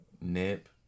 Nip